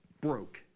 broke